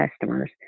customers